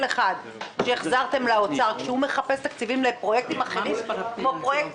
אחד שהחזרתם לאוצר כשהוא מחפש תקציבים לפרויקטים כמו הפרויקט